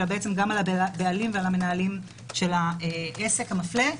אלא גם על הבעלים ועל המנהלים של העסק המפלה.